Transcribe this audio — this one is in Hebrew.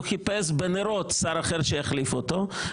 הוא חיפש בנרות שר אחר שיחליף אותו,